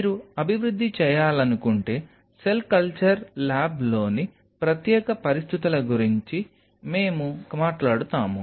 మీరు అభివృద్ధి చేయాలనుకుంటే సెల్ కల్చర్ ల్యాబ్లోని ప్రత్యేక పరిస్థితుల గురించి మేము మాట్లాడుతాము